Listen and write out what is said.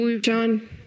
John